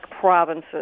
provinces